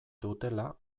dutela